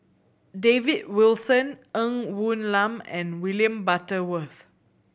David Wilson Ng Woon Lam and William Butterworth